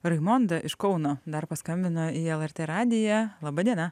raimonda iš kauno dar paskambino į lrt radiją laba diena